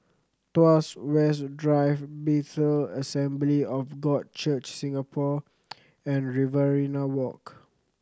Tuas West Drive Bethel Assembly of God Church Singapore and Riverina Walk